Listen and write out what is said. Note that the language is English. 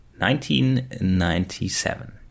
1997